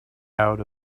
out